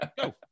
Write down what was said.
go